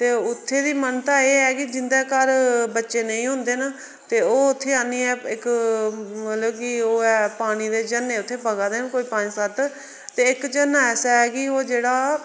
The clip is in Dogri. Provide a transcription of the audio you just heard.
ते उत्थै दी मनता एह् ऐ कि जिंदे घर बच्चे नेई हुंदे न ते ओह् उत्थै आह्निये इक मतलब कि ओह् ऐ पानी झरने उत्थै बगा दे न कोई पंज सत्त ते इक झरना ऐसा ऐ कि ओह् जेह्ड़ा